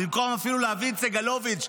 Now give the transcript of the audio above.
במקום אפילו להביא את סגלוביץ',